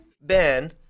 Ben